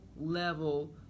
level